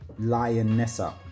Lionessa